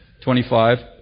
twenty-five